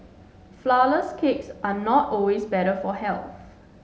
flourless cakes are not always better for health